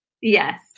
Yes